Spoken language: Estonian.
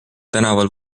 tänaval